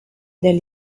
del